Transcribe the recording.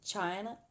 China